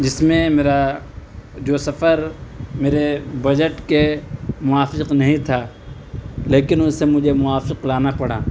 جس میں میرا جو سفر میرے بجٹ کے موافق نہیں تھا لیکن اسے مجھے موافق لانا پڑا